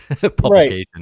publication